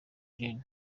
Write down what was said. gen